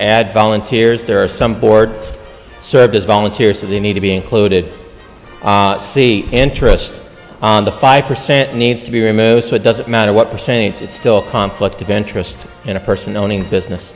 add volunteers there are some boards service volunteers for the need to be included see interest on the five percent needs to be removed it doesn't matter what percentage it still conflict of interest in a person owning business